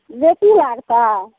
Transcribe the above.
बेसी लागतऽ